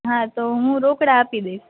હા તો હું રોકડા આપી દઇશ